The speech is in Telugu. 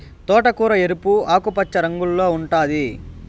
తోటకూర ఎరుపు, ఆకుపచ్చ రంగుల్లో ఉంటాది